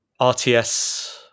RTS